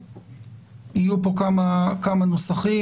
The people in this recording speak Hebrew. הזה יהיו פה כמה נוסחים.